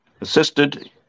assisted